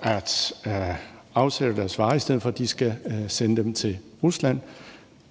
at afsætte deres varer, i stedet for at de skal sende dem til Rusland.